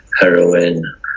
Heroin